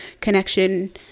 connection